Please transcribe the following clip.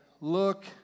Look